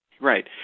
right